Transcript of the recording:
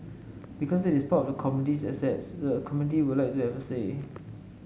because it is part of the community's assets the community would like to have a say